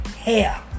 hair